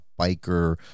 biker